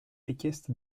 richiesta